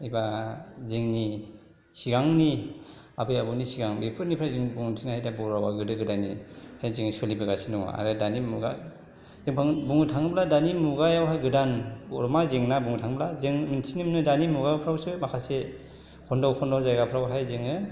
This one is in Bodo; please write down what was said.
एबा जोंनि सिगांनि आबै आबौनि सिगां बेफोरनिफ्राय जों बुंथिनाय दा बर' रावआ गोदो गोदायनिफ्राय जोङो सोलिबोगासिनो दङ आरो दानि मुगा जे बुंनो थाङोब्ला दानि मुगायावहाय गोदान बर'फोरना जेंना बुंनो थाङोब्ला जों मोन्थिनो मोनो दानि मुगाफ्रावसो माखासे खन्द' खन्द' जायगाफ्रावहाय जोङो